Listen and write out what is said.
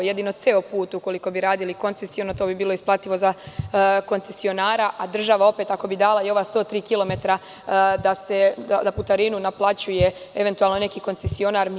Jedino ceo put ukoliko bi radili koncesiono to bi bilo isplativo za koncesionara, a država opet ako bi dala i ova 103 kilometara da putarinu naplaćuje evenutalno neki koncesuarni.